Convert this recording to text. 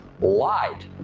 lied